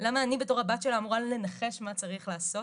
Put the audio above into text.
למה אני בתור הבת שלה אמורה לנחש מה צריך לעשות